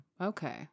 Okay